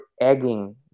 egging